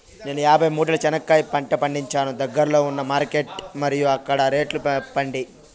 నేను యాభై మూటల చెనక్కాయ పంట పండించాను దగ్గర్లో ఉన్న మార్కెట్స్ మరియు అక్కడ రేట్లు చెప్పండి?